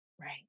Right